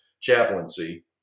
Chaplaincy